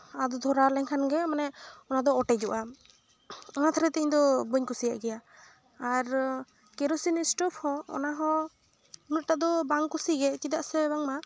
ᱟᱫᱚ ᱫᱷᱚᱨᱟᱣ ᱞᱮᱱᱠᱷᱟᱱ ᱜᱮ ᱢᱟᱱᱮ ᱚᱱᱟ ᱫᱚ ᱚᱴᱮᱡᱚᱜᱼᱟ ᱚᱱᱟ ᱛᱷᱮᱨᱮ ᱛᱮ ᱤᱧ ᱫᱚ ᱵᱟᱹᱧ ᱠᱩᱥᱤᱭᱟᱜ ᱜᱮᱭᱟ ᱟᱨ ᱠᱮᱨᱳᱥᱤᱱ ᱥᱴᱳᱵᱷ ᱦᱚᱸ ᱚᱱᱟ ᱦᱚᱸ ᱩᱱᱟᱹᱜ ᱴᱟ ᱫᱚ ᱵᱟᱝ ᱠᱩᱥᱤᱜᱮ ᱪᱮᱫᱟᱜ ᱥᱮ ᱵᱟᱝᱢᱟ